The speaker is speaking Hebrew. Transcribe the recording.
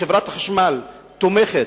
חברת החשמל תומכת,